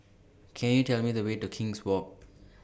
Can YOU Tell Me The Way to King's Walk